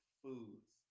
foods